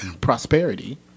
prosperity